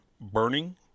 Burning